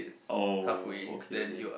oh okay okay